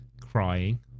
Crying